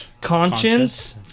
Conscience